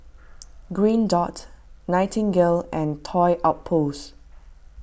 Green Dot Nightingale and Toy Outpost